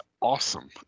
awesome